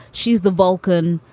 she's the vulcan.